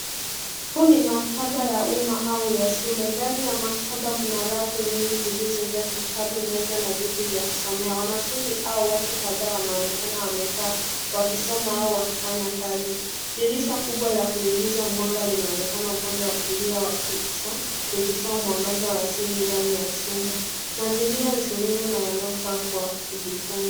Huu ni maktaba ya umma au ya shule. Ndani ya maktaba kuna rafu nyingi zilizojaa vitabu, meza na viti vya kusomea. Wanafunzi au watu kadhaa wanaonekana wamekaa wakisoma au wakifanya kazi. Dirisha kubwa la kuingiza mwanga linaonekana upande wa kulia wa picha likitoa mwangaza wa asili ndani ya chumba. Mazingira ni tulivu yanayofaa kwa kujifunza.